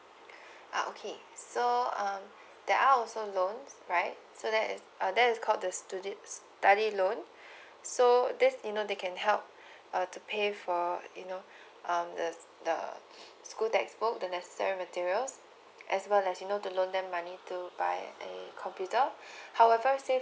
ah okay so um that one also loan right so that is that is called the student study loan so this you know they can help uh to pay for you know um the the school textbook the necessary materials as well as you know to loan them money to buy a computer however